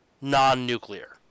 non-nuclear